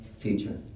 teacher